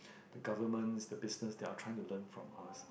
the governments the business they are trying to learn from us